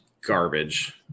garbage